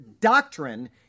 doctrine